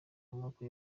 amoko